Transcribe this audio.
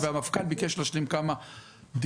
והמפכ"ל ביקש להשלים כמה בדיקות,